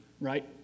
right